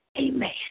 Amen